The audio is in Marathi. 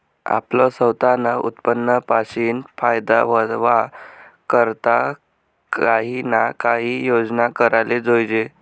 आपलं सवतानं उत्पन्न पाशीन फायदा व्हवा करता काही ना काही योजना कराले जोयजे